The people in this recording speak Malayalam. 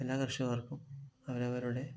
എല്ലാ കർഷകർക്കും അവരവരുടെ